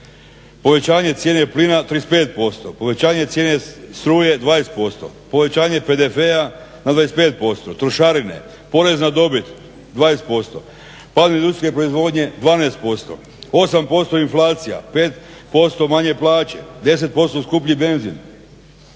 povećanje cijene plina 35%, povećanje cijene struje 20%, povećanje PDV-a na 25%, trošarine porez na dobit 20%, pad ljudske proizvodnje 12%, 8% inflacija, 5% manje plaće, 10% skupljiji benzin.